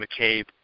McCabe